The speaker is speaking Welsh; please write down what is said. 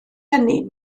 hynny